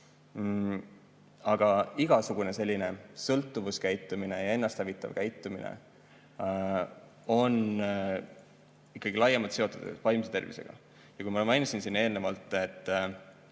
Aga igasugune selline sõltuvuskäitumine ja ennasthävitav käitumine on ikkagi laiemalt seotud vaimse tervisega. Ja kui ma mainisin siin eelnevalt, et